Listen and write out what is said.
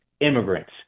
immigrants